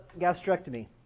gastrectomy